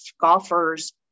golfers